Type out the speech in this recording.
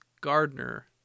Gardner